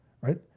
right